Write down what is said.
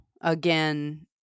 again